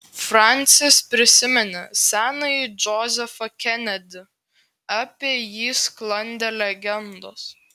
fransis prisiminė senąjį džozefą kenedį apie jį sklandė legendos